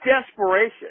desperation